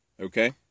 Okay